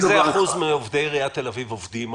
איזה אחוז מעובדי עיריית תל אביב עובדים עכשיו?